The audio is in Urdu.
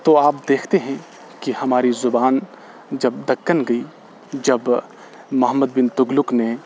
تو آپ دیکھتے ہیں کہ ہماری زبان جب دکن گئی جب محمد بن تغلق نے